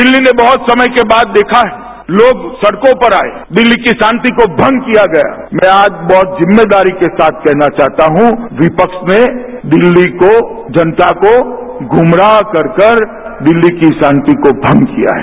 दिल्ली ने बहत समय के बाद देखा है लोग सड़कों पर आए दिल्ली की शांति को भंग किया गया मैं आज बहत जिम्मेदारी के साथ कहना चाहता हूं विपक्ष ने दिल्ली को जनता को गुमराह कर कर दिल्ली की शांति को भंग किया है